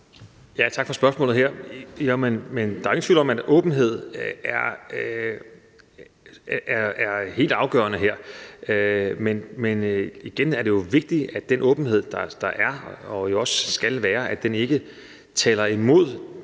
Tak for spørgsmålet. Der er ingen tvivl om, at åbenhed er helt afgørende her, men igen er det vigtigt, at den åbenhed, der er og jo også skal være, ikke taler imod,